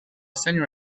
senior